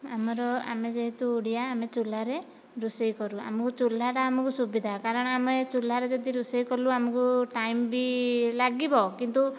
ଆମର ଆମେ ଯେହେତୁ ଓଡ଼ିଆ ଆମେ ଚୁଲାରେ ରୋଷେଇ କରୁ ଆମକୁ ଚୁଲାଟା ଆମକୁ ସୁବିଧା କାରଣ ଆମେ ଚୁଲାରେ ଯଦି ରୋଷେଇ କଲୁ ଆମକୁ ଟାଇମ ବି ଲାଗିବ କିନ୍ତୁ